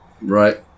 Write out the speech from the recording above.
right